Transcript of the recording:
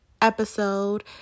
episode